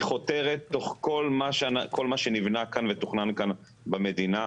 היא חותרת תחת כל מה שנבנה כאן ותוכנן כאן במדינה.